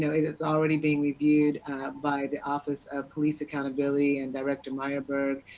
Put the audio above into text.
you know it it is already being reviewed by the office of police accountability and director myerberg.